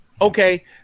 Okay